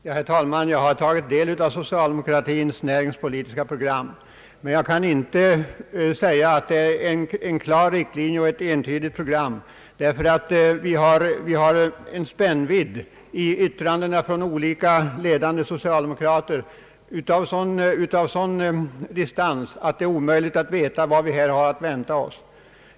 Herr talman! Jag har tagit del av socialdemokratins näringspolitiska program, men jag kan inte säga att det är en klar riktlinje och ett entydigt program. Spännvidden mellan yttrandena från olika ledande socialdemokrater är så stor att det är omöjligt att veta vad vi har att vänta oss.